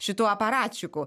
šitų aparačikų